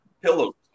Pillow